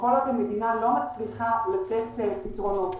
כל עוד המדינה לא מצליחה לתת פתרונות,